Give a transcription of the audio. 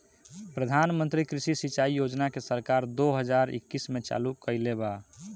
प्रधानमंत्री कृषि सिंचाई योजना के सरकार दो हज़ार इक्कीस में चालु कईले बा